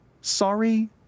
Sorry